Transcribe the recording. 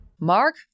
Mark